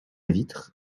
vitre